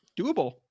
Doable